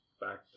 back